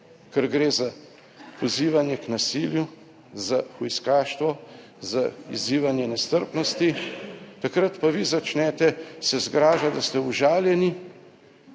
ker gre za pozivanje k nasilju, za hujskaštvo, za izzivanje nestrpnosti, takrat pa vi začnete se zgražati, da ste užaljeni